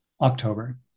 October